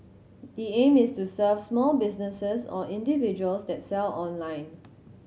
the aim is to serve small businesses or individuals that sell online